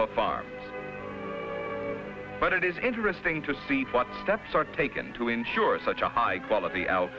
farm but it is interesting to see what steps are taken to ensure such a high quality al